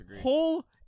whole